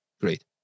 great